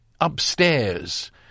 upstairs